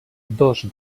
dos